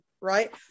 right